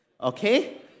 okay